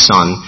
Son